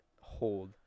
hold